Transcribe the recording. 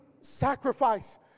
sacrifice